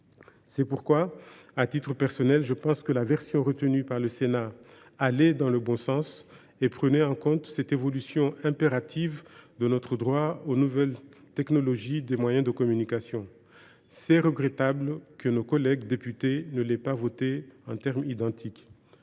C’est pourquoi, à titre personnel, je pense que la version retenue par le Sénat allait dans le bon sens et prenait en compte cette évolution impérative de notre droit aux nouvelles technologies des moyens de communication. Il est regrettable que nos collègues députés ne l’aient pas voté en termes identiques.